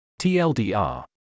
TLDR